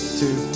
two